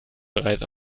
bereits